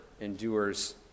endures